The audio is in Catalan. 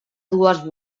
dues